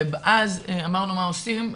אז אמרנו, מה עושים?